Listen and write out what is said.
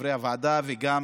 חברי הוועדה, וגם